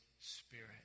Spirit